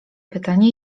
pytanie